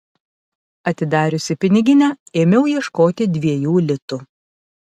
atidariusi piniginę ėmiau ieškoti dviejų litų